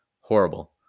Horrible